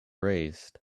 raised